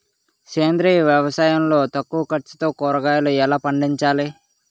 సేంద్రీయ వ్యవసాయం లో తక్కువ ఖర్చుతో కూరగాయలు ఎలా పండించాలి?